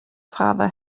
father